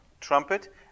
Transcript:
trumpet